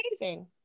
amazing